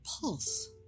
pulse